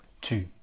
tu